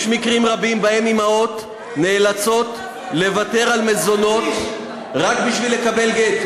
יש מקרים רבים שבהם אימהות נאלצות לוותר על מזונות רק בשביל לקבל גט.